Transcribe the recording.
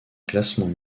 classements